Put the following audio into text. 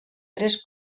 tres